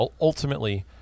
Ultimately